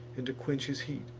and to quench his heat.